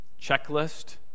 checklist